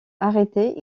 arrêtés